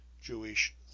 Jewish